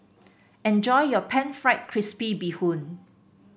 enjoy your pan fried crispy Bee Hoon